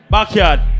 Backyard